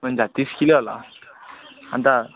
हुन्छ तिस किलो ल अन्त